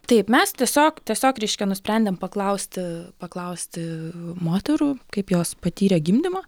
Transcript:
taip mes tiesiog tiesiog reiškia nusprendėm paklausti paklausti moterų kaip jos patyrė gimdymą